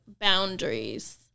boundaries